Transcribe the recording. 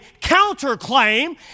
counterclaim